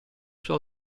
sua